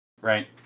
Right